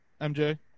MJ